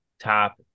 top